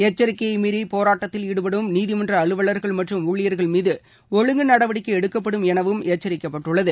எச்சரிக்கையை மீறி போராட்டத்தில் ஈடுபடும் நீதிமன்ற அலுவலர்கள் மற்றும் ஊழியர்கள் மீது ஒழுங்கு நடவடிக்கை எடுக்கப்படும் எனவும் எச்சரிக்கப்பட்டுள்ளது